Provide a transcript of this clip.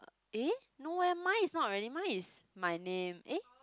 eh no eh mine is not really mine is my name eh